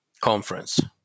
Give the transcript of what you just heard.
conference